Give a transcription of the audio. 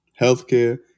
healthcare